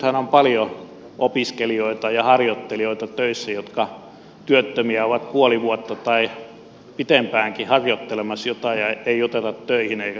nythän on paljon töissä opiskelijoita ja harjoittelijoita jotka ovat puoli vuotta tai pitempäänkin työttöminä harjoittelemassa jotain ja joita ei oteta töihin eikä kouluteta mihinkään